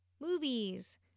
movies